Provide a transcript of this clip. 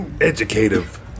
Educative